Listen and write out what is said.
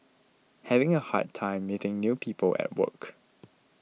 having a hard time meeting new people at work